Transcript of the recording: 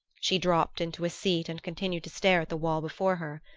she dropped into a seat and continued to stare at the wall before her.